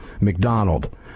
mcdonald